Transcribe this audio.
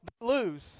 lose